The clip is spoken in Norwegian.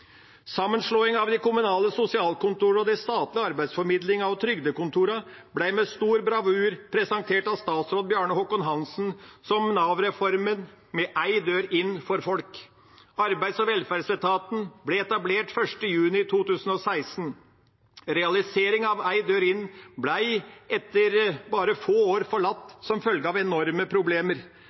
Sammenslåing av de kommunale sosialkontorene og de statlige arbeidsformidlingene og trygdekontorene ble med stor bravur presentert av statsråd Bjarne Håkon Hanssen som Nav-reformen med én dør inn for folk. Arbeids- og velferdsetaten ble etablert 1. juli 2006. Realiseringen av én dør inn ble etter bare få år forlatt, som følge av enorme problemer.